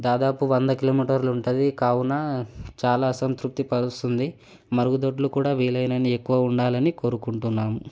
దాదాపు వంద కిలోమీటర్లు ఉంటుంది కావున చాలా అసంతృప్తి పరుస్తుంది మరుగుదొడ్లు కూడా వీలైనన్ని ఎక్కువ ఉండాలని కోరుకుంటున్నాను